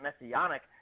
messianic